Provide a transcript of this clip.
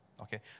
Okay